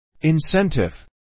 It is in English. Incentive